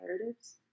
narratives